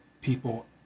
people